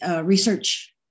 research